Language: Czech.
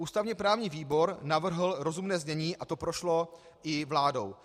Ústavněprávní výbor navrhl rozumné znění a to prošlo i vládou.